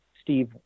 Steve